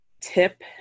tip